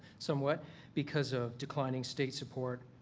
somewhat because of declining state support,